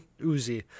Uzi